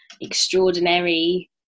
extraordinary